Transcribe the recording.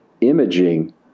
imaging